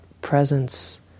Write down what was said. presence